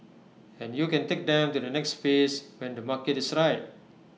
and you can take them to the next phase when the market is right